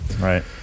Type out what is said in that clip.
Right